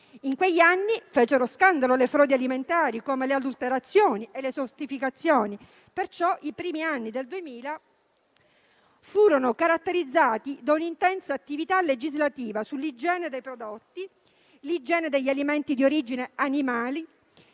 In quegli anni, fecero scandalo le frodi alimentari, come le adulterazioni e le sofisticazioni, perciò i primi anni del Duemila furono caratterizzati da un'intensa attività legislativa sull'igiene dei prodotti e degli alimenti di origine animale,